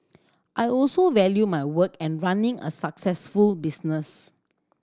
I also value my work and running a successful business